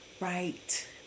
Right